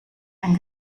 ein